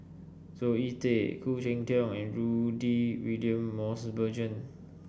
Zoe Tay Khoo Cheng Tiong and Rudy William Mosbergen